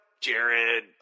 Jared